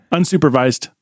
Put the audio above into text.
Unsupervised